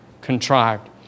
contrived